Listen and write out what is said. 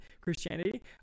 Christianity